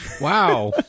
Wow